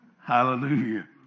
Hallelujah